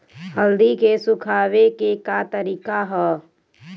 हल्दी के सुखावे के का तरीका ह?